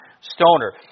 Stoner